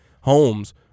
homes